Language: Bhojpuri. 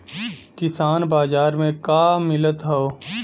किसान बाजार मे का मिलत हव?